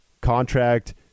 contract